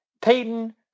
Peyton